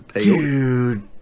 dude